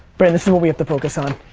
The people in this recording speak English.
but and this is what we have to focus on.